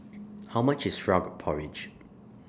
How much IS Frog Porridge